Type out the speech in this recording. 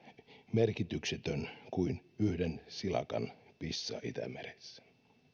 merkityksetön kuin yhden silakan pissa itämeressä